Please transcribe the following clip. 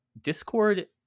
Discord